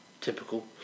Typical